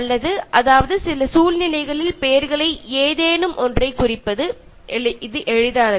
ഇത് ശരിക്കും നല്ല രീതിയിൽ ഉപയോഗിക്കാൻ കഴിയുന്നത് പേരിനു സ്വന്തമായി ഒരു അർത്ഥം ഉണ്ടാകുമ്പോഴാണ്